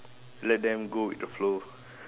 let them go with the flow